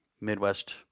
Midwest